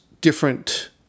different